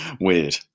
Weird